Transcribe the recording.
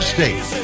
State